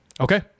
Okay